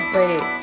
Wait